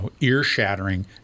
ear-shattering